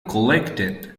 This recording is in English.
collected